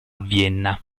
vienna